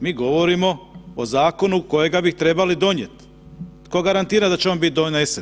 Mi govorimo o zakonu kojega bi trebali donijeti, tko garantira da će on biti donesen?